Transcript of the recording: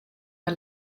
der